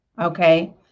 okay